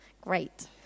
Great